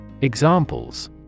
Examples